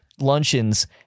luncheons